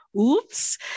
Oops